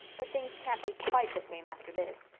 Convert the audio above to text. but things can't be quite the same after this.